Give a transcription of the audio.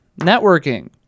Networking